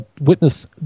Witness